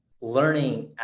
learning